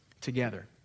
together